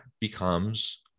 becomes